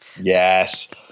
Yes